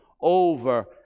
over